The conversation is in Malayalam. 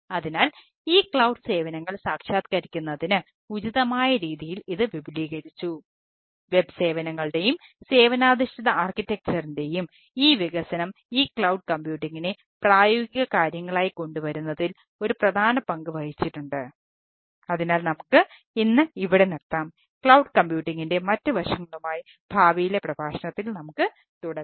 അതിനാൽ ഈ ക്ലൌഡ് മറ്റ് വശങ്ങളുമായി ഭാവിയിലെ പ്രഭാഷണത്തിൽ നമുക്ക് തുടരാം